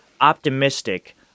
optimistic